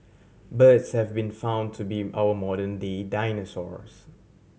birds have been found to be our modern day dinosaurs